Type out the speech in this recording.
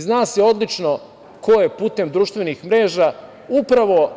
Zna se odlično ko je putem društvenih mreža upravo